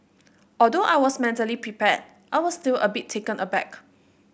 although I was mentally prepared I was still a bit taken aback